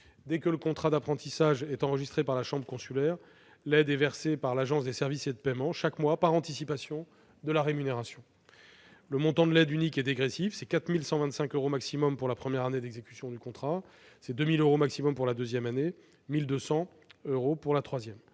dès que le contrat d'apprentissage est enregistré par la chambre consulaire, l'aide est versée par l'Agence de services et de paiement chaque mois par anticipation de la rémunération. Le montant de l'aide unique est dégressif : 4 125 euros au maximum pour la première année d'exécution du contrat ; 2 000 euros au maximum pour la deuxième année et 1 200 euros pour la troisième.